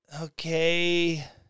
okay